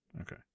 Okay